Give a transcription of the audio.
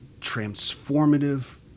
transformative